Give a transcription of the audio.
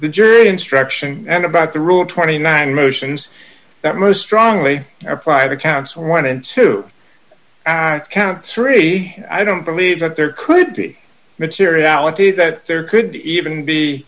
the jury instruction and about the rule twenty nine motions that most strongly applied accounts went into and count three i don't believe that there could be materiality that there could be even be